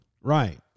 Right